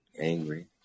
angry